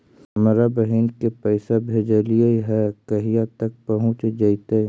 हमरा बहिन के पैसा भेजेलियै है कहिया तक पहुँच जैतै?